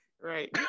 Right